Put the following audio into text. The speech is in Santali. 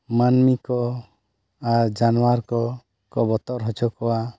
ᱢᱟᱹᱱᱢᱤ ᱠᱚ ᱟᱨ ᱡᱟᱱᱣᱟᱨ ᱠᱚᱠᱚ ᱵᱚᱛᱚᱨ ᱦᱚᱪᱚ ᱠᱚᱣᱟ